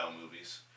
movies